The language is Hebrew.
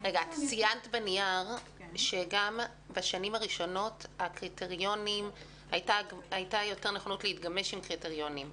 ציינת בנייר שגם בשנים הראשונות הייתה יותר נכונות להתגמש בקריטריונים.